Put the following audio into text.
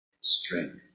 strength